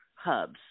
hubs